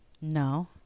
No